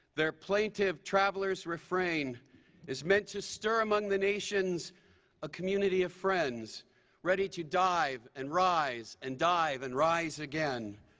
the plaintiff travelers refrain is meant to stir among the nations a community of friends ready to dive and rise and dive and rise again.